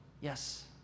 yes